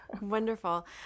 Wonderful